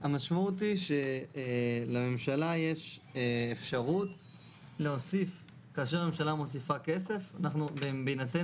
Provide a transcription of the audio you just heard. יכול להיות שצריך באמת להכניס כאן איזושהי הבנה שבהינתן